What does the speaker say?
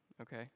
okay